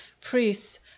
priests